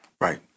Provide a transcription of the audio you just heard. Right